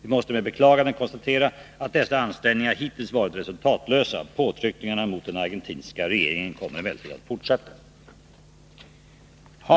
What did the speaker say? Vi måste med beklagande konstatera att dessa ansträngningar hittills varit resultatlösa. Påtryckningarna på den argentinska regeringen kommer emellertid att fortsätta.